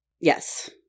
Yes